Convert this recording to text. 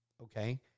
Okay